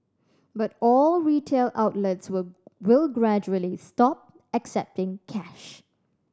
but all retail outlets will will gradually stop accepting cash